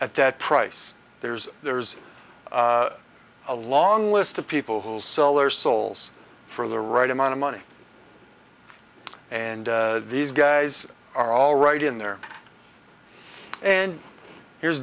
at that price there's there's a long list of people who will sell their souls for the right amount of money and these guys are all right in there and here's